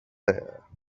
there